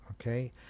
okay